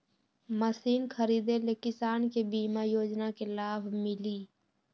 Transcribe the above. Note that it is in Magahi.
मशीन खरीदे ले किसान के बीमा योजना के लाभ मिली?